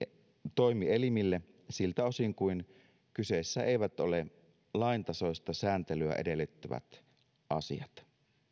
toimielimille siltä osin kuin kyseessä eivät ole laintasoista sääntelyä edellyttävät asiat